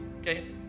okay